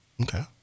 Okay